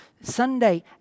Sunday